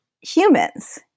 humans